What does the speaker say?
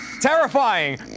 Terrifying